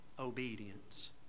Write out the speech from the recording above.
obedience